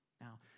Now